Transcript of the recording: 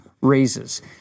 raises